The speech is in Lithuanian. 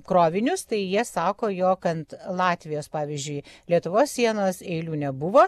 krovinius tai jie sako jog ant latvijos pavyzdžiui lietuvos sienos eilių nebuvo